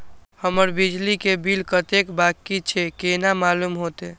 हमर बिजली के बिल कतेक बाकी छे केना मालूम होते?